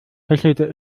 hechelte